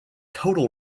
total